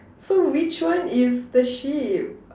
so which one is the sheep